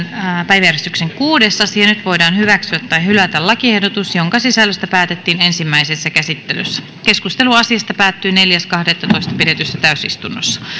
päiväjärjestyksen kuudes asia nyt voidaan hyväksyä tai hylätä lakiehdotus jonka sisällöstä päätettiin ensimmäisessä käsittelyssä keskustelu asiasta päättyi neljäs kahdettatoista kaksituhattaseitsemäntoista pidetyssä täysistunnossa